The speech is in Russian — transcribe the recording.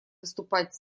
выступать